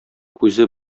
күзе